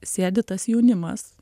sėdi tas jaunimas